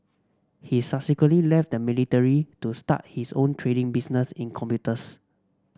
he subsequently left the military to start his own trading business in computers